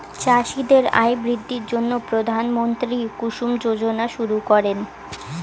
চাষীদের আয় বৃদ্ধির জন্য প্রধানমন্ত্রী কুসুম যোজনা শুরু করেন